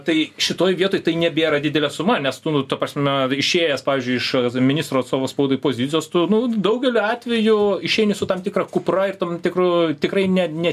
tai šitoj vietoj tai nebėra didelė suma nes tu nu ta prasme išėjęs pavyzdžiui iš ministro atstovo spaudai pozicijos tu nu daugeliu atvejų išeini su tam tikra kupra ir tam tikru tikrai ne ne